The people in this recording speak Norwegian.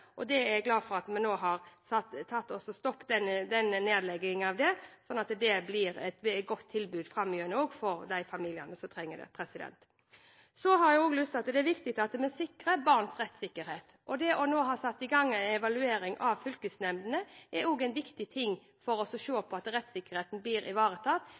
og familiesentrene, og jeg er glad for at vi nå har stoppet nedleggingen av dem, slik at det blir et godt tilbud framover også for de familiene som trenger det. Så har jeg også lyst til å si at det er viktig at vi sikrer barns rettssikkerhet. Det nå å ha satt i gang en evaluering av fylkesnemndene er viktig for å sørge for at rettssikkerheten blir ivaretatt